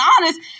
honest